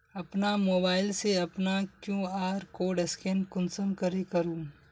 अपना मोबाईल से अपना कियु.आर कोड स्कैन कुंसम करे करूम?